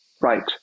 Right